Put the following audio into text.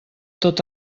tot